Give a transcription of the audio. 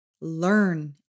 learn